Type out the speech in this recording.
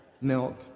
milk